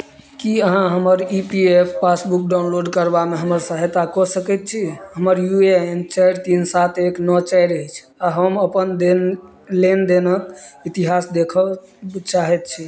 की अहाँ हमर E P F passbook download करबामे हमर सहायता कऽ सकैत छी हमर यू ए एन चारि तीन सात एक नओ चारि अछि आ हम अपन देन लेनदेनक इतिहास देखय चाहैत छी